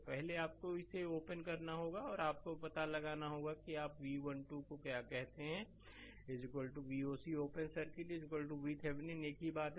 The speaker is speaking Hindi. तो पहले आपको इसे ओपन करना होगा और आपको यह पता लगाना होगा कि आप V 1 2 को क्या कहते हैं Voc ओपन सर्किट VThevenin एक ही बात